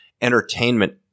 entertainment